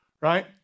right